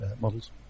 models